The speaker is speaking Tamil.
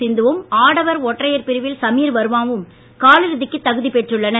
சிந்துவும் ஆடவர் ஒற்றையர் பிரிவில் சமீர் வர்மாவும் காலிறுதிக்கு தகுதிப் பெற்றுள்ளனர்